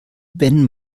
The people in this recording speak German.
wenn